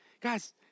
guys